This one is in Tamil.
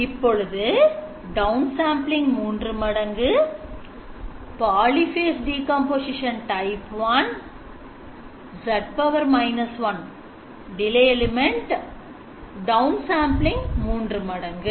இப்பொழுது downsampling 3 மடங்குpolyphase decomposition type 1Z 1 down sampling 3 மடங்கு